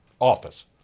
office